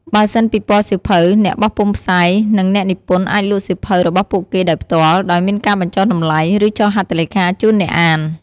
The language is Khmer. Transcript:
បើសិនពិព័រណ៍សៀវភៅ អ្នកបោះពុម្ពផ្សាយ និងអ្នកនិពន្ធអាចលក់សៀវភៅរបស់ពួកគេដោយផ្ទាល់ ដោយមានការបញ្ចុះតម្លៃ ឬចុះហត្ថលេខាជូនអ្នកអាន។